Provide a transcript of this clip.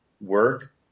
work